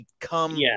become